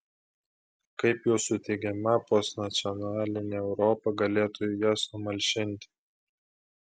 kaip jūsų teigiama postnacionalinė europa galėtų jas numalšinti